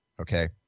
okay